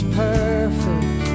perfect